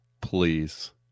please